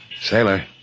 Sailor